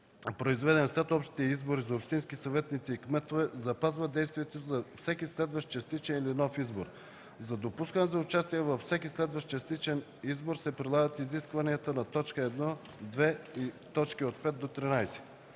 произведен след общите избори за общински съветници и кметове, запазва действието си за всеки следващ частичен или нов избор; за допускане за участие във всеки следващ частичен избор се прилагат изискванията на т. 1, 2 и т. 5-13.